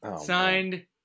signed